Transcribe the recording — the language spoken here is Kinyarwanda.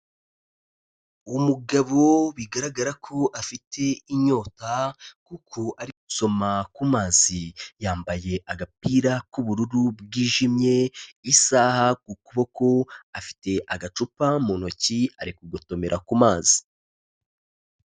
Umugabo bigaragara ko afite inyota kuko ari gusoma kumazi yambaye agapira k'ubururu bwijimye , isaha ku kuboko afite agacupa mu ntoki arikugotomera ku mazi.